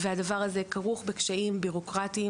והדבר הזה כרוך לעיתים בקשיים בירוקרטיים.